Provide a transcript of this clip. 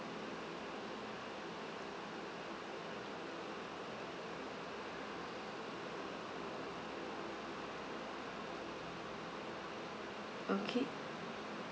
okay